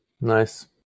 Nice